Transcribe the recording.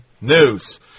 news